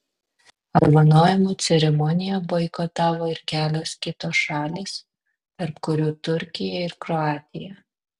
apdovanojimų ceremoniją boikotavo ir kelios kitos šalys tarp kurių turkija ir kroatija